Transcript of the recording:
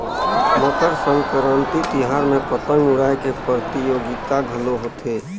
मकर संकरांति तिहार में पतंग उड़ाए के परतियोगिता घलो होथे